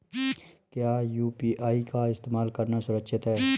क्या यू.पी.आई का इस्तेमाल करना सुरक्षित है?